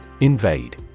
Invade